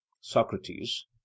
Socrates